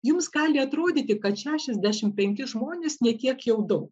jums gali atrodyti kad šešiasdešimt penki žmonės ne tiek jau daug